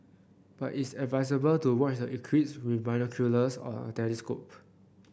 but it's advisable to watch the eclipse with binoculars or a telescope